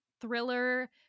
thriller